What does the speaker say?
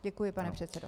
Děkuji, pane předsedo.